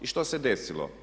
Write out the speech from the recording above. I što se desilo?